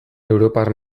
europar